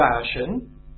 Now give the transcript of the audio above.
fashion